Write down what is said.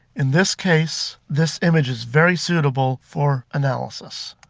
in this case, this image is very suitable for analysis.